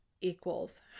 equals